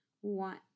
one